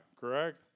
correct